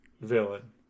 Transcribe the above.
villain